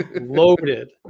Loaded